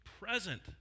present